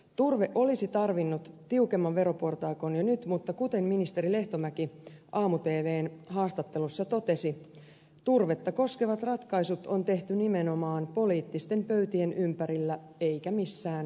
turve olisi tarvinnut tiukemman veroportaikon jo nyt mutta kuten ministeri lehtomäki aamu tvn haastattelussa totesi turvetta koskevat ratkaisut on tehty nimenomaan poliittisten pöytien ympärillä eikä missään muualla